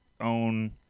own